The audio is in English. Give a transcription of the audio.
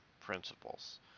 principles